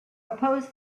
oppose